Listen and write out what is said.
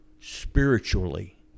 spiritually